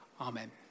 Amen